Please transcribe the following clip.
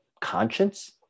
conscience